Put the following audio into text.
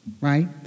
right